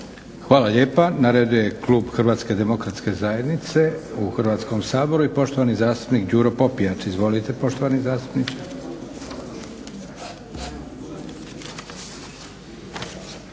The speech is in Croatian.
Hvala lijepa. Na redu je klub HDZ-a u Hrvatskom saboru i poštovani zastupnik Đuro Popijač. Izvolite poštovani zastupniče.